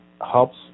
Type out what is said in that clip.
helps